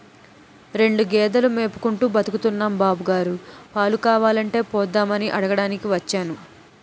రెండు గేదెలు మేపుకుంటూ బతుకుతున్నాం బాబుగారు, పాలు కావాలంటే పోద్దామని అడగటానికి వచ్చాను